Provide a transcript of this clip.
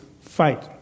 fight